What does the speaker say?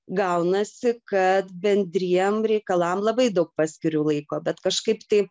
gaunasi kad bendriem reikalam labai daug paskiriu laiko bet kažkaip tai